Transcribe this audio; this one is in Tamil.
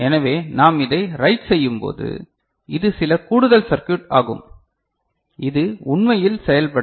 எனவே நாம் இதை ரைட் செய்யும்போது இது சில கூடுதல் சர்க்யுட் ஆகும் இது உண்மையில் செயல்பட